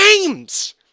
games